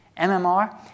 MMR